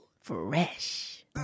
Fresh